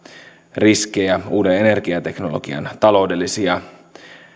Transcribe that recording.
riskejä uuden energiateknologian taloudellisia